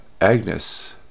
Agnes